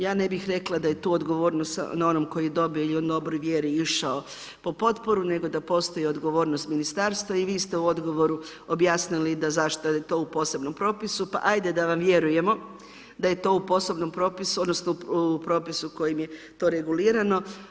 Ja ne bih rekla da je tu odgovornost na onom koji dobije jer je u dobroj vjeri išao po potporu, nego da postoji odgovornost ministarstva i vi ste u odgovoru objasnili da zašto je to u posebnom propisu pa ajde da vam vjerujemo da je to u posebnom propisu, odnosno u propisu kojim je to regulirano.